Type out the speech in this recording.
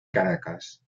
caracas